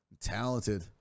talented